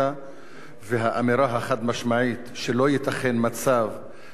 והאמירה החד-משמעית שלא ייתכן מצב שהכביש